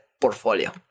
portfolio